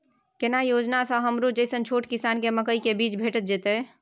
केना योजना स हमरो जैसन छोट किसान के मकई के बीज भेट जेतै?